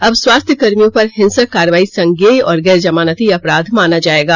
अब स्वास्थ्य कर्मियों पर हिंसक कार्रवाई संज्ञेय और गैर जमानती अपराध माना जाएगा